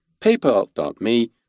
paypal.me